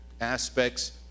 aspects